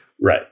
Right